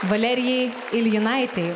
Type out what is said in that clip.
valerijai iljinaitei